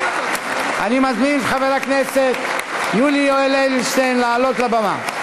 אני מזמין את חבר הכנסת יולי יואל אדלשטיין לעלות לבמה.